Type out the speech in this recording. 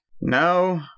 no